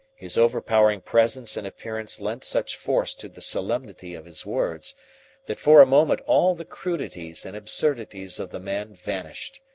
his overpowering presence and appearance lent such force to the solemnity of his words that for a moment all the crudities and absurdities of the man vanished,